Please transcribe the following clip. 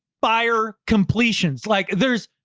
buyer completions like theirs.